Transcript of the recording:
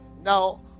Now